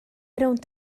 rownd